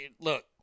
look